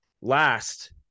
last